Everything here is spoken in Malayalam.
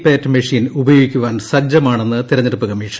പാറ്റ് മെഷീൻ ഉപയോഗിക്കുവാൻ സജ്ജമാണെന്ന് തെരഞ്ഞെടുപ്പ് കമ്മീഷൻ